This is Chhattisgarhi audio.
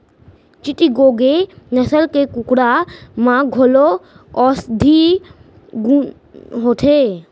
चिटगोंग नसल के कुकरा म घलौ औसधीय गुन होथे